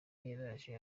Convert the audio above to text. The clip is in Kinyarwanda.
yaraje